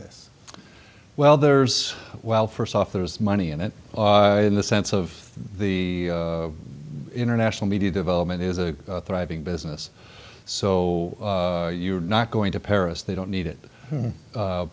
this well there's well first off there's money in it in the sense of the international media development is a thriving business so you're not going to paris they don't need it